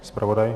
Zpravodaj?